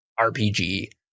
RPG